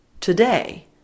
today